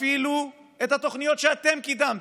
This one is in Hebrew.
אפילו את התוכניות שאתם קידמתם,